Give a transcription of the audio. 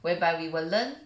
whereby we will learn